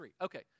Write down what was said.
Okay